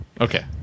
Okay